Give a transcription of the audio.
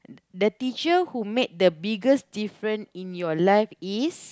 the teacher who made the biggest different in your life is